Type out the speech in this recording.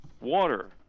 water